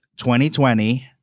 2020